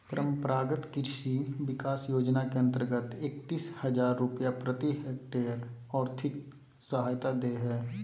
परम्परागत कृषि विकास योजना के अंतर्गत एकतीस हजार रुपया प्रति हक्टेयर और्थिक सहायता दे हइ